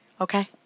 okay